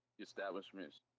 establishments